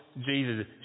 Jesus